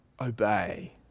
obey